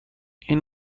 این